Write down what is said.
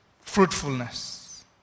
fruitfulness